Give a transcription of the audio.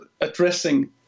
addressing